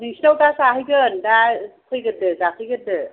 नोंसिनाव दा जाहैगोन दा फैग्रोदो जाफैग्रोदो